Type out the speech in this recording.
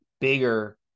bigger